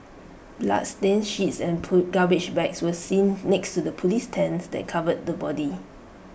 bloodstained sheets and garbage bags were seen next to the Police tents that covered the body